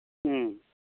ꯎꯝ